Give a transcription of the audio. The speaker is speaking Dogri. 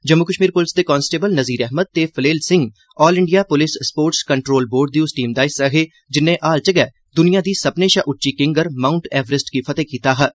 जम्मू कश्मीर पुलस दे कांस्टेबल नज़ीर अहमद ते Phalel Singh all India police sports control board दी उस टीम दा हिस्सा हे जिन्नै हाल च गै दुनिया दी सक्मनें शा उच्ची किंगर माउंट ऐवरेस्ट गी फतेह् कीता हा